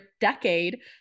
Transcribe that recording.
decade